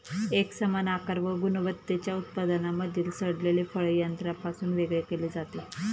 एकसमान आकार व गुणवत्तेच्या उत्पादनांमधील सडलेले फळ यंत्रापासून वेगळे केले जाते